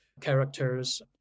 characters